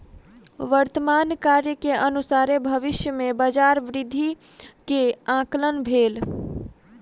वर्तमान कार्य के अनुसारे भविष्य में बजार वृद्धि के आंकलन भेल